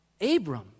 Abram